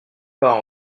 part